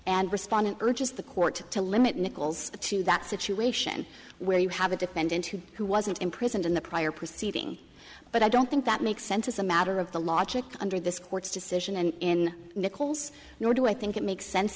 and respondent urges the court to limit nichols to that situation where you have a defendant who who wasn't imprisoned in the prior proceeding but i don't think that makes sense as a matter of the logic under this court's decision and in nichols nor do i think it makes sense